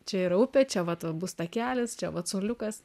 čia yra upė čia vat bus takelis čia vat suoliukas